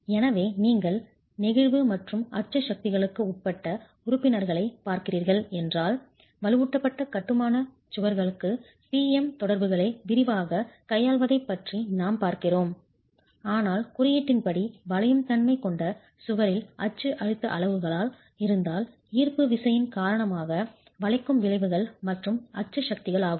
எனவே நீங்கள் நெகிழ்வு மற்றும் அச்சு சக்திகளுக்கு உட்பட்ட உறுப்பினர்களைப் பார்க்கிறீர்கள் என்றால் வலுவூட்டப்பட்ட கட்டுமானச் சுவர்களுக்கு P M தொடர்புகளை விரிவாகக் கையாள்வதைப் பற்றி நாம் பார்க்கிறோம் ஆனால் குறியீட்டின்படி வளையும் தன்மை கொண்ட சுவரில் அச்சு அழுத்த அளவுகள் இருந்தால் ஈர்ப்பு விசையின் காரணமாக வளைக்கும் விளைவுகள் மற்றும் அச்சு சக்திகள் ஆகும்